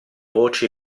voci